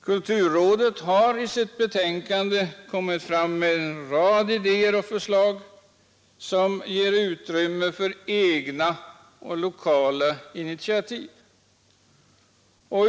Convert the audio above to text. I detta har rådet kommit fram med en rad idéer och förslag, som ger utrymme för egna och lokala initiativ.